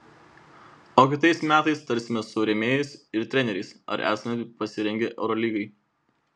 o kitais metais tarsimės su rėmėjais ir treneriais ar esame pasirengę eurolygai